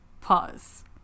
Pause